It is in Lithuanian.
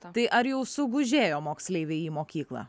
tai ar jau sugužėjo moksleiviai į mokyklą